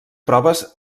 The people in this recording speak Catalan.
proves